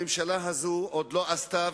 הממשלה הזו עוד לא עשתה,